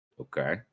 Okay